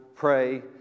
pray